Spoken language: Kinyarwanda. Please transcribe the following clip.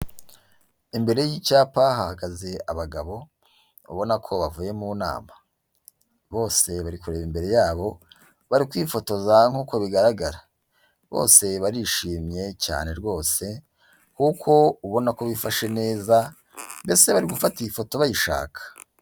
Imbere y'icyapa hahagaze abagabo, ubona ko bavuye mu nama. Bose bari kureba imbere yabo bari kwifotoza nk'uko bigaragara. Bose barishimye cyane rwose kuko ubona ko bifashe neza, mbese bari gufata iyi foto bayishaka.